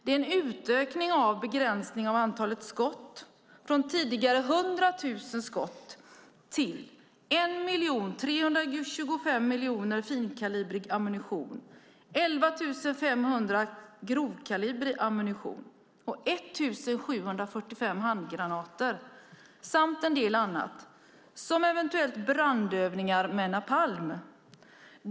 Det är en utökning av antalet skott, från tidigare 100 000 skott till 1 325 000 skott med finkalibrig ammunition och 11 500 skott med grovkalibrig ammunition och 1 745 handgranater samt en del annat, som eventuellt brandövningar med napalm.